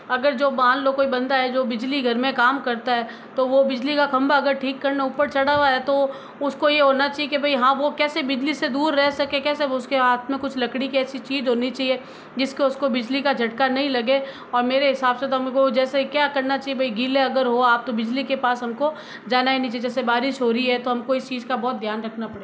अगर जो मान लो कोई बंदा है जो बिजली घर में काम करता है तो वो बिजली का खंभा अगर ठीक करने ऊपर चढ़ा हुआ है तो उसको ये होना चाहिए कि भई वो हाँ कैसे बिजली से दूर रह सके कैसे वो उसके हाथ में कुछ लकड़ी की ऐसी चीज होनी चाहिए जिसको उसको बिजली का झटका नहीं लगे और मेरे हिसाब से तो हमको जैसे क्या करना चाहिए भई गीले अगर हो आप तो बिजली के पास हमको जाना ही नहीं चाहिए जैसे बारिश हो रही है तो हमको इस चीज का बहुत ध्यान रखना पड़े